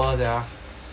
yup